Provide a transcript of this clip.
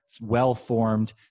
well-formed